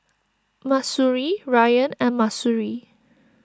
Mahsuri Ryan and Mahsuri